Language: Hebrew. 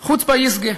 חוצפא יסגא,